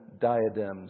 diadems